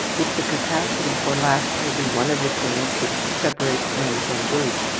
if the capacity for laughter be one of the things which separates men from brutes,